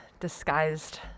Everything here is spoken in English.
disguised